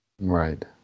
Right